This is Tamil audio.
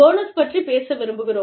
போனஸ் பற்றிப் பேச விரும்புகிறோம்